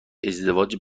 ازدواج